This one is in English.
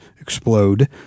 explode